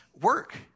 work